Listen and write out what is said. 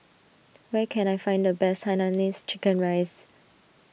where can I find the best Hainanese Chicken Rice